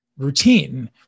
routine